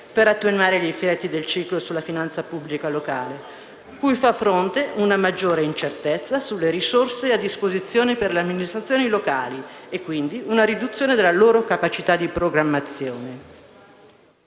per attenuare gli effetti del ciclo della finanza pubblica locale, cui fa fronte una maggiore incertezza sulle risorse a disposizione delle amministrazioni locali e, quindi, una riduzione della loro capacità di programmazione.